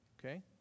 Okay